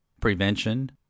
prevention